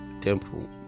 temple